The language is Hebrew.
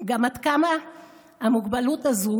גם עד כמה המוגבלות הזאת